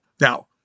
Now